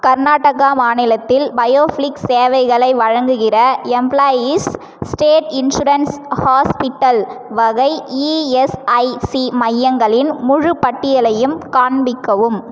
கர்நாடக மாநிலத்தில் பயோப்ளிக்ஸ் சேவைகளை வழங்குகிற எம்ப்ளாயீஸ் ஸ்டேட் இன்சூரன்ஸ் ஹாஸ்பிட்டல் வகை இஎஸ்ஐசி மையங்களின் முழுப் பட்டியலையும் காண்பிக்கவும்